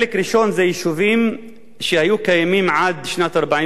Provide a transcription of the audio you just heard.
יישובים שהיו קיימים עד שנת 1948,